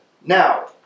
Now